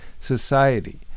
society